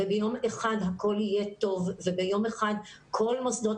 ביום אחד הכול יהיה טוב וביום אחד כל מוסדות